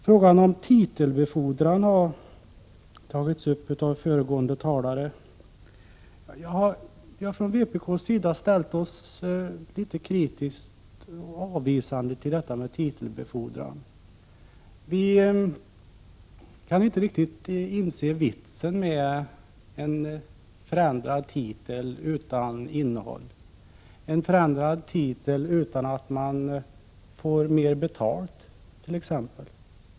Frågan om titelbefordran har tagits upp av föregående talare. Vi från vpk har ställt oss litet kritiska och avvisande till titelbefordran. Vi kan inte riktigt inse vitsen med en förändrad titel utan innehåll, en förändrad titel utan att man får mer betalt t.ex.